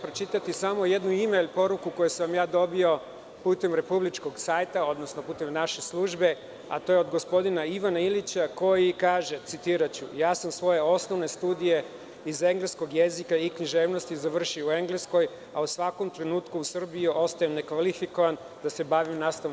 Pročitaću vam samo jedno ime i poruku koju sam dobio putem republičkog sajta, odnosno putem naše službe, a to je od gospodina Ivana Ilića koji kaže, citiraću, „ja sam svoje osnovne studije iz engleskog jezika i književnosti završio u Engleskoj, a u svakom trenutku u Srbiji ostajem nekvalifikovan da se bavi nastavom“